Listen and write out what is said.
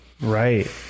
Right